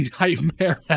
nightmare